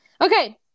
Okay